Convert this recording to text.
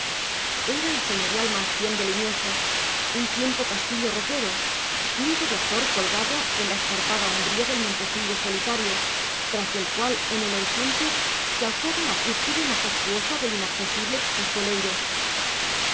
era la señorial mansión de limioso un tiempo castillo roquero nido de azor colgado en la escarpada umbría del montecillo solitario tras del cual en el horizonte se alzaba la cúspide majestuosa del inaccesible pico leiro